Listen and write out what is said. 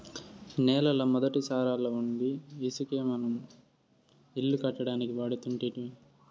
నేలల మొదటి సారాలవుండీ ఇసకే మనం ఇల్లు కట్టడానికి వాడుతుంటిమి